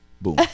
Boom